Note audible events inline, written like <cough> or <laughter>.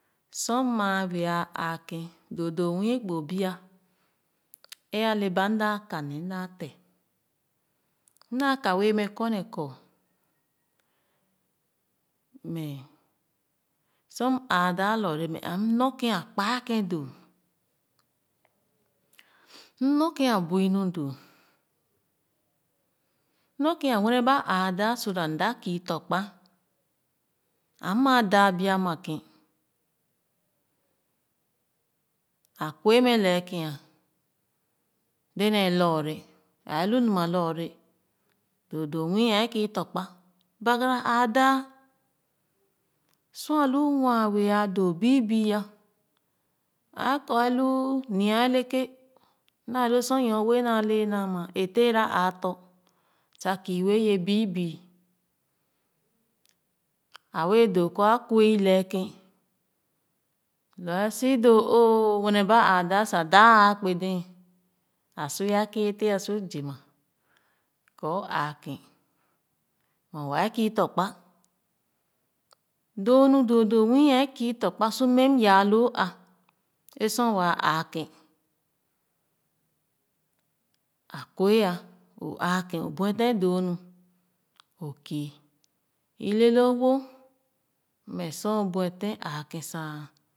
Sor maa bea aakèn doo doo mii gbo bue ē ale ba m daa ka ne m daa te m daaka wɛɛ mɛ korne kɔ mɛ su m aadaa lɔɔre mɛ m nor kèn a kpae kèn doo m nor kèn <hesitation> a bui me doo m kèn a wene ba aadaa so that m daa kii tɔ̄ kpa am maa daa bia makèn a kue mɛ le kèn dèdèn lɔɔre ɛɛ lu numa lɔɔre doo doo muio e kii tɔ̄kpa bagara aa daa sor a wɛɛ lu waa i wɛɛ doo biibii ah aa kɔ elu nia aleke naa lo sor nyorue naale naa a ma a tera aa tɔ̄ sa kii wɛɛ ye biibii a wɛɛ doo kɔ a kue leekèn lo a su doo wɛɛ ne ba aa daa sa daa a kpe dee a su ye a kēē teh a su zema kɔ o aakèn mɛ wɛɛ kii tɔ̄kpa doo nu doo doo nwiiē kii tɔ̄kpa so mɛm yaa loo aa ē sor waa āāke’na kue ah so aakèn o buefen doo nu o kii ite loo wo mme aa buefen āākèn sa.